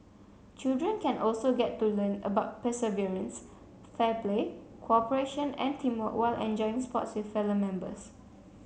children can also get to learn about perseverance fair play cooperation and teamwork while enjoying sports with fellow members